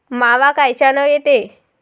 मावा कायच्यानं येते?